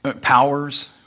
powers